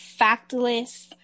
factless